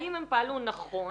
האם הם פעלו נכון?